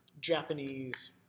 Japanese